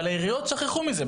אבל העיריות שכחו מזה.